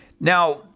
Now